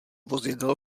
vozidel